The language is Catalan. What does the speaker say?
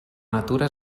natura